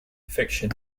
fiction